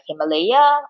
Himalaya